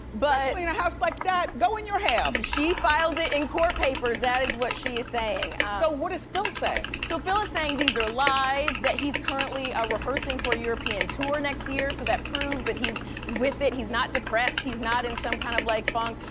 but in a house like that. go in your half! she filed it in court papers, that is what she is saying. so what does phil say? so phil is saying these are lies, that he's currently ah rehearsing for a european tour next year. so that proves that he's with it. he's not depressed, he's not in some kind of like funk.